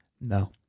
No